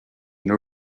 new